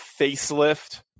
facelift